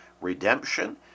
redemption